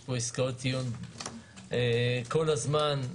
יש פה עסקאות טיעון כל הזמן,